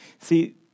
See